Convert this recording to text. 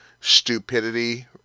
Stupidity